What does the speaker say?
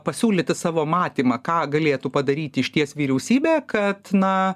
pasiūlyti savo matymą ką galėtų padaryti išties vyriausybė kad na